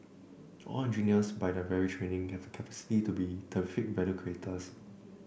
all engineers by their very training have the capacity to be terrific value creators